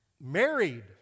Married